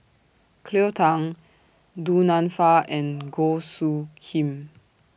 Cleo Thang Du Nanfa and Goh Soo Khim